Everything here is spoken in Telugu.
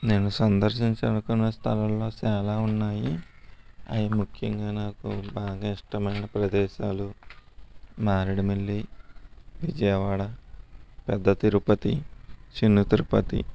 నేను సందర్శించవల్సిన కొన్ని స్థలాలలో చాలా ఉన్నాయి అవి ముఖ్యంగా నాకు బాగా ఇష్టమైన ప్రదేశాలు మారేడుమిల్లి విజయవాడ పెద్ద తిరుపతి చిన్న తిరుపతి